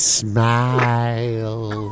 smile